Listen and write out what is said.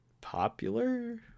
popular